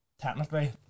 technically